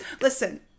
Listen